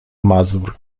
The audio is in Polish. mazur